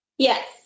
Yes